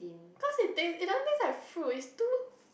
cause it taste it doesn't taste like fruits it's too